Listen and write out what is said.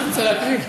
להקריא?